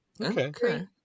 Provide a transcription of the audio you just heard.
Okay